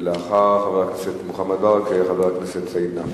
לאחר חבר הכנסת מוחמד ברכה יהיה חבר הכנסת סעיד נפאע.